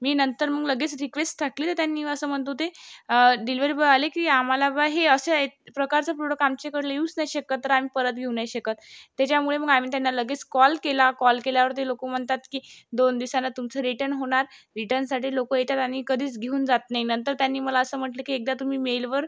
मी नंतर मग लगेच रिक्वेस्ट टाकली तर त्यांनी असं म्हणत होते डिलिवरी बॉय आले की आम्हाला बा हे असं एत् प्रकारचं प्रोडक् आमच्याकडलं येऊच नाही शकत तर आम्ही परत घेऊ नाही शकत तेच्यामुळे मग आम्ही त्यांना लगेच कॉल केला कॉल केल्यावर ते लोक म्हणतात की दोन दिवसानं तुमचं रिटर्न होणार रिटर्नसाठी लोक येतात आणि कधीच घेऊन जात नाही नंतर त्यांनी मला असं म्हटलं की एकदा तुम्ही मेलवर